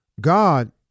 God